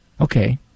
okay